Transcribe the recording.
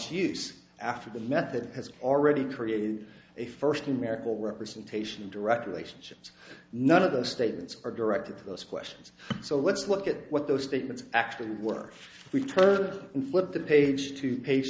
use after the method has already created the first american representation direct relationships none of those statements are directed to those questions so let's look at what those statements actually were we turn and flip the page to page